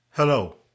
Hello